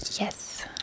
yes